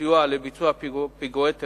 בסיוע לביצוע פיגועי טרור.